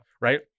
Right